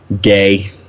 gay